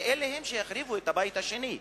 והם שהחריבו את הבית השני.